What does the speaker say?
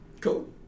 Cool